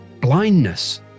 blindness